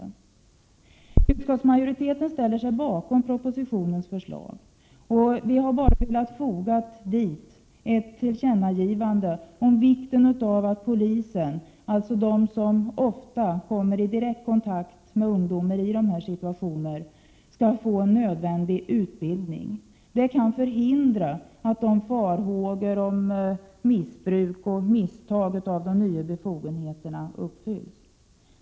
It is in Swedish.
Vi i utskottsmajoriteten ställer oss bakom propositionens förslag. Vi har dock velat lägga till ett tillkännagivande om vikten av att polisen — det är ju ofta polisen som kommer i direkt kontakt med de unga i olika sådana här situationer — skall få nödvändig utbildning. Det kan medverka till att eventuella farhågor om missbruk och misstag när det gäller de nya befogenheterna inte behöver besannas.